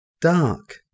Dark